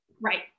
Right